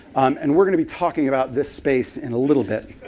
and we're going to be talking about this space in a little bit.